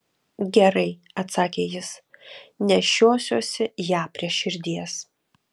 gerai atsakė jis nešiosiuosi ją prie širdies